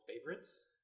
favorites